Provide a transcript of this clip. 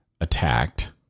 attacked